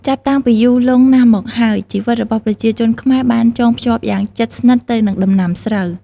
ចាប់តាំងពីយូរលង់ណាស់មកហើយ ជីវិតរបស់ប្រជាជនខ្មែរបានចងភ្ជាប់យ៉ាងជិតស្និទ្ធទៅនឹងដំណាំស្រូវ។